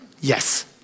Yes